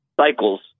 cycles